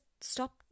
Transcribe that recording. stop